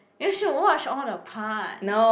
you should watch all the parts